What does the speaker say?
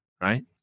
right